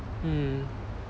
mm